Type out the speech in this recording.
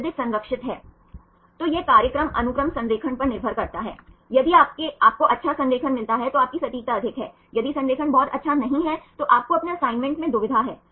आप देख सकते हैं कि यह एक प्रकार का स्प्रिंग है और हेलिक्स का आकार है सही आप कह सकते हैं कि यह हेलिक्स का आकार है